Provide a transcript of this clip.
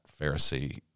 Pharisee